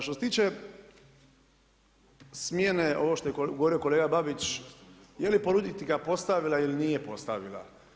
Što se tiče smjene, ovo što je govorio kolega Babić, je li politika postavila ili nije postavila.